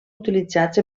utilitzats